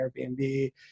Airbnb